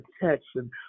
protection